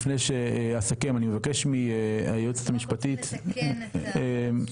לפני שאני אסכם אני מבקש מהיועצת המשפטית --- אני רק רוצה לתקן שני